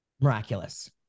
miraculous